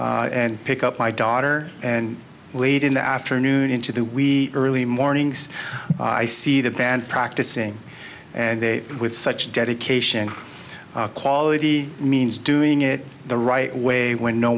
high and pick up my daughter and late in the afternoon into the wee early mornings i see the band practicing and they with such dedication and quality means doing it the right way when no